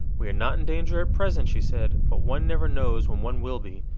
we are not in danger at present, she said, but one never knows when one will be,